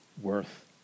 worth